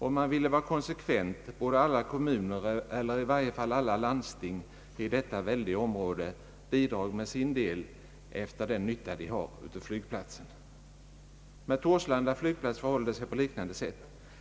Om man vill vara konsekvent borde alla kommuner eller i varje fall alla landsting i detta väldiga område bidra med sin del efter den nytta de har av flygplatsen. Med Torslanda flygplats förhåller det sig på liknande sätt.